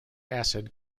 acid